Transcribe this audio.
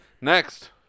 next